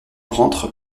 rentre